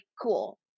cool